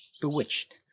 bewitched